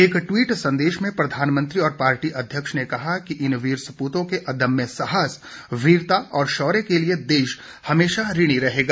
एक ट्वीट संदेश में प्रधानमंत्री और पार्टी अध्यक्ष ने कहा कि इन वीर सपूतों के अदम्य साहस वीरता और शौर्य के लिए देश हमेशा ऋणी रहेगा